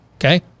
Okay